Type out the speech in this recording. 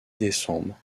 décembre